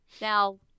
Now